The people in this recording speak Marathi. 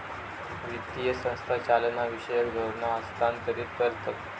वित्तीय संस्था चालनाविषयक धोरणा हस्थांतरीत करतत